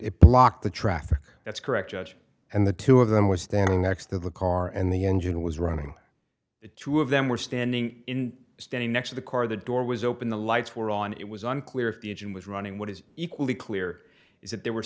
it blocked the traffic that's correct judge and the two of them were standing next to the car and the engine was running the two of them were standing standing next to the car the door was open the lights were on it was unclear if the engine was running what is equally clear is that there were